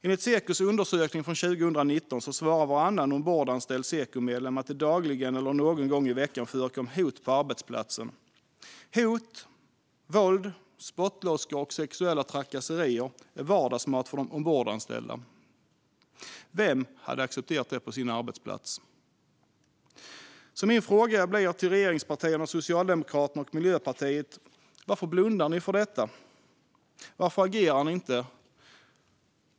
Enligt Sekos undersökning 2019 svarade varannan ombordanställd Sekomedlem att det dagligen eller någon gång i veckan förekom hot på arbetsplatsen. Hot, våld, spottloskor och sexuella trakasserier är vardagsmat för de ombordanställda. Vem hade accepterat det på sin arbetsplats? Jag frågar därför regeringspartierna Socialdemokraterna och Miljöpartiet: Varför blundar ni för detta? Varför agerar ni inte?